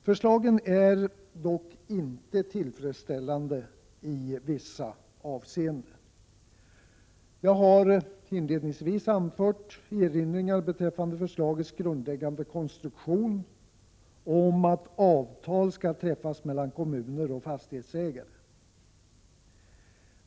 Förslagen är dock inte tillfredsställande i vissa avseenden. Jag har inledningsvis anfört erinringar beträffande förslagets grundläggande konstruktion, att avtal skall träffas mellan kommuner och fastighetsägare.